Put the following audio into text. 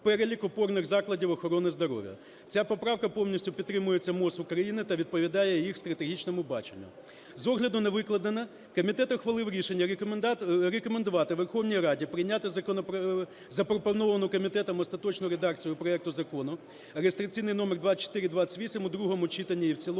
перелік опорних закладів охорони здоров'я. Ця поправка повністю підтримується МОЗ України та відповідає їх стратегічному баченню. З огляду на викладене, комітет ухвалив рішення рекомендувати Верховній Раді прийняти запропоновану комітетом остаточну редакцію проекту Закону реєстраційний номер 2428 в другому читанні і в цілому